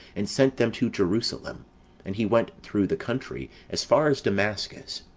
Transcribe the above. and sent them to jerusalem and he went through the country, as far as damascus.